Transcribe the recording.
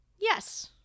Yes